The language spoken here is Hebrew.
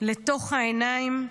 לתוך העיניים,